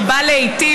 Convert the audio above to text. שבא להיטיב,